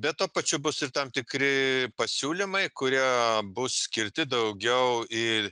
bet tuo pačiu bus ir tam tikri pasiūlymai kurie bus skirti daugiau i